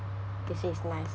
they say is nice